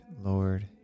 Lord